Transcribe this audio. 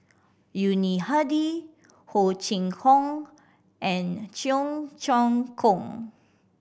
Yuni Hadi Ho Chee Kong and Cheong Choong Kong